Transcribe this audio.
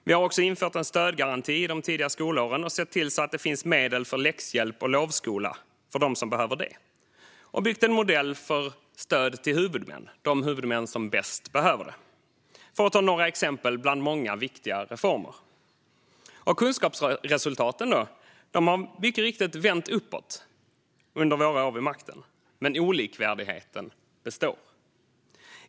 Vi har också infört en stödgaranti i de tidiga skolåren, sett till att det finns medel för läxhjälp och lovskola för dem som behöver det och byggt en modell för stöd till de huvudmän som bäst behöver det - för att ta några exempel bland många viktiga reformer. Kunskapsresultaten, då? De har mycket riktigt vänt uppåt under våra år vid makten. Men olikvärdigheten består.